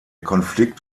konflikt